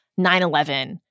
9-11